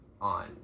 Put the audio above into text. on